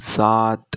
सात